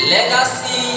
Legacy